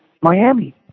Miami